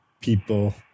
people